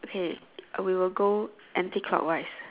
okay we will go anti clockwise